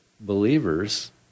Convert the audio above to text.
believers